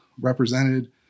represented